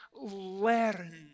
learn